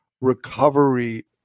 recovery